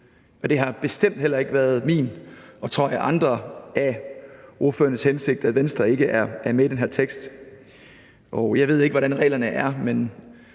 det har bestemt heller ikke været min og, tror jeg, ordførerens hensigt, at Venstre ikke er med i den her tekst. Jeg ved ikke, hvordan reglerne er, men